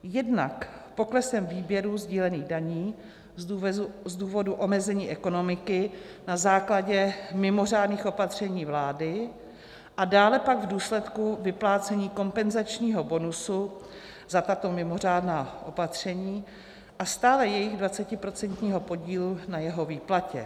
Jednak poklesem výběru sdílených daní z důvodu omezení ekonomiky na základě mimořádných opatření vlády a dále pak v důsledku vyplácení kompenzačního bonusu za tato mimořádná opatření a stále jejich 20procentního podílu na jeho výplatě.